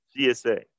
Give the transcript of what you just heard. CSA